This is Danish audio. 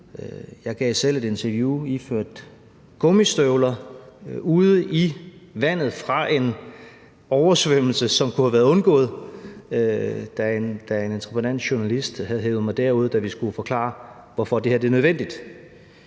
Jeg gav selv et interview iført gummistøvler ude i vandet efter en oversvømmelse, som kunne være undgået. En entreprenant journalist havde hevet mig derud, da jeg skulle forklare, hvorfor det her er nødvendigt.